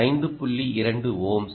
2 ohms